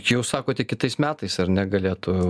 jau sakote kitais metais ar ne galėtų